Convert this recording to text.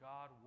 God